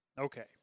Okay